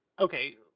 okay